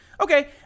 Okay